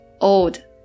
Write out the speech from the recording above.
old